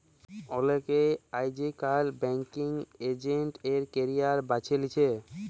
অলেকে আইজকাল banking agent এর ক্যারিয়ার বাছে লিছে